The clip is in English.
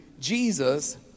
Jesus